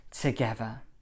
together